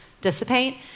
dissipate